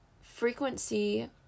frequency